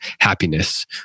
happiness